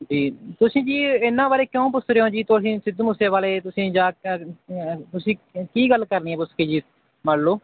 ਵੀ ਤੁਸੀਂ ਜੀ ਇਹਨਾਂ ਬਾਰੇ ਕਿਉਂ ਪੁੱਛ ਰਹੇ ਹੋ ਜੀ ਤੁਸੀਂ ਸਿੱਧੂ ਮੂਸੇਵਾਲੇ ਤੁਸੀਂ ਯਾਦ ਕਰ ਤੁਸੀਂ ਕੀ ਗੱਲ ਕਰਨੀ ਹੈ ਪੁੱਛ ਕੇ ਜੀ ਮੰਨ ਲਓ